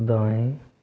दाएँ